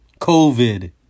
COVID